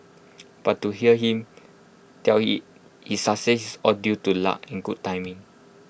but to hear him tell IT his success is all due to luck and good timing